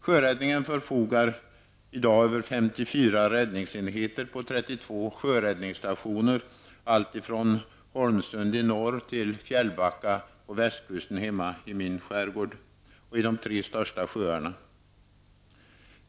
Sjöräddningen förfogar i dag över 54 räddningsenheter på 32 sjöräddningsstationer, alltifrån Holmsund i norr till Fjällbacka på västkusten hemma i min skärgård och i de tre största sjöarna.